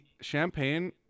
champagne